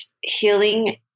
healing